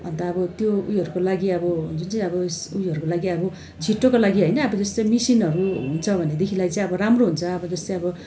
अन्त अब त्यो ऊ योहरूको लागि अब जुन चाहिँ अब ऊ योहरूको लागि अब छिट्टोको लागि होइन अब जस्तो मिसिनहरू हुन्छ भनेदेखिलाई चाहिँ अब राम्रो हुन्छ अब जस्तै अब